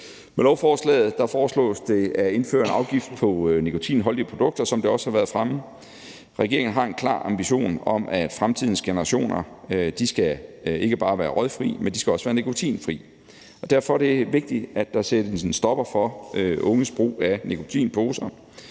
Med lovforslaget foreslås det at indføre en afgift på nikotinholdige produkter, som det også har været fremme. Regeringen har en klar ambition om, at fremtidens generationer ikke bare skal være røgfri, men at de også skal være nikotinfri. Derfor er det vigtigt, at der sættes en stopper for unges brug af nikotinposer.